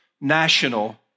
national